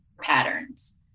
patterns